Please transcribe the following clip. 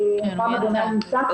מוחמד נמצא כאן,